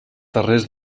terrers